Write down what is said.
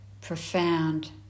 profound